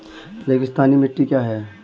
रेगिस्तानी मिट्टी क्या है?